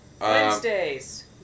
Wednesdays